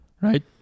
Right